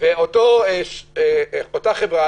אותה חברה,